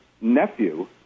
nephew